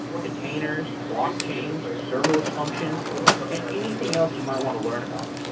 containers, blockchains, serverless functions and anything else you might want to learn about.